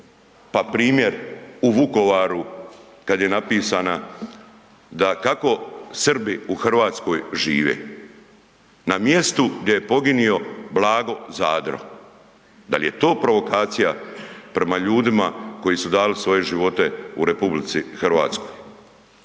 pa primjer u Vukovaru kad je napisana kako Srbi u Hrvatskoj žive. Na mjesto gdje je poginuo Blago Zadro. Dal je to provokacija prema ljudima koji su dali svoje živote u RH? Prava